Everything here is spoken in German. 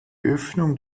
öffnung